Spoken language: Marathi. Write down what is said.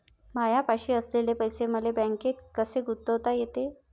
मायापाशी असलेले पैसे मले बँकेत कसे गुंतोता येते?